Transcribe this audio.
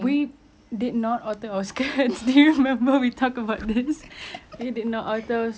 we did not alter our skirts did you remember we talk about this we did not alter